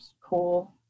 cool